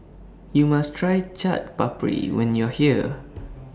YOU must Try Chaat Papri when YOU Are here